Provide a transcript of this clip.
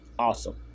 Awesome